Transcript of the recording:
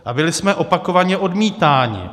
A byli jsme opakovaně odmítáni.